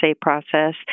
process